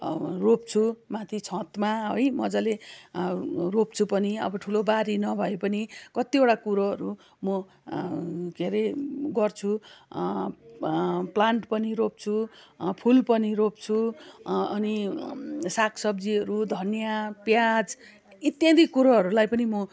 रोप्छु माथि छतमा है मजाले रोप्छु पनि अब ठुलो बारी नभए पनि कतिवटा कुरोहरू म के अरे गर्छु प्लान्ट पनि रोप्छु फुल पनि रोप्छु अनि सागसब्जीहरू धनियाँ प्याज इत्यादि कुरोहरूलाई पनि म